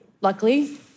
Luckily